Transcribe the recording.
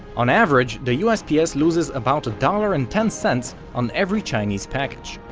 on average the usps loses about a dollar and ten cents on every chinese package,